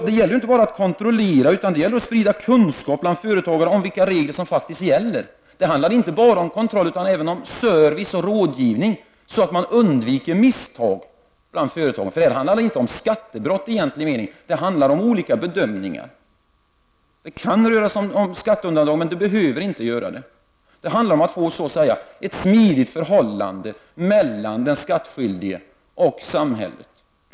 Det gäller inte bara att kontrollera utan att också att sprida kunskap bland företagare om vilka regler som faktiskt gäller. Det handlar således om service och rådgivning så att misstag bland företagarna kan undvikas. Det är inte fråga om skattebrott i egentlig mening utan om olika bedömningar. Visst kan det också handla om skatteundandraganden, men det behöver inte göra det. Det gäller att skapa ett smidigt förhållande mellan den skattskyldige och samhället.